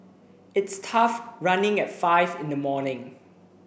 it's tough running at five in the morning